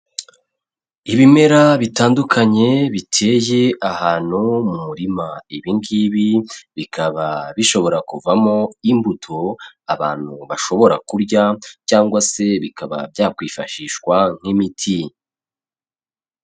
Ibimera bitandukanye biteye ahantu mu murima, ibi ngibi bikaba bishobora kuvamo imbuto abantu bashobora kurya cyangwa se bikaba byakwifashishwa nk'imiti.